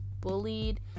bullied